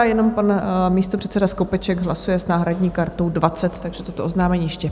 Jenom pan místopředseda Skopeček hlasuje s náhradní kartou 20, takže toto oznámení ještě.